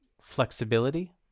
flexibility